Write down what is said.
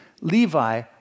Levi